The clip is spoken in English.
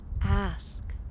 Ask